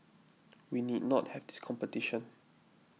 we need not have this competition